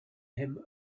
him